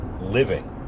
living